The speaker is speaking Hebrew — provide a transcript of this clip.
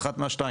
אחת מהשתיים,